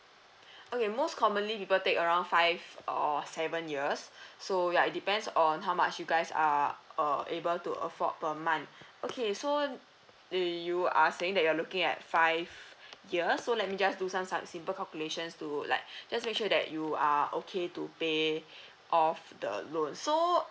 okay most commonly people take around five or seven years so ya it depends on how much you guys are err able to afford per month okay so they you are saying that you're looking at five years so let me just do some some simple calculations to like just make sure that you are okay to pay off the loan so